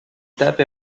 étape